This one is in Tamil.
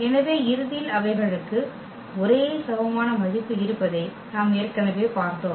எனவே இறுதியில் அவைகளுக்கு ஒரே சமமான மதிப்பு இருப்பதை நாம் ஏற்கனவே பார்த்தோம்